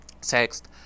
text